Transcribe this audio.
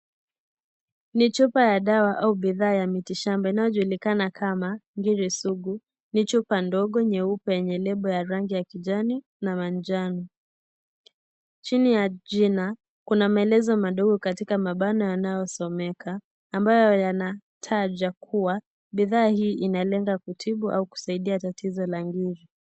Ni chupa ya dawa au bidhaa ya miti shamba inayojulikana kama ngiri sugu ni chupa ndogo nyeupe yenye lebo ya rangi ya kijani na manjano, chini ya jina kuna maelezo madogo katika mabano yanaosomeka ambayo yanayotaja kuwa bidhaa hii inalenga kutibu au kusaidia tatizo la ngiri.